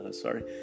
sorry